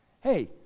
Hey